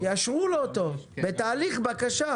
יאשרו לו בתהליך בקשה,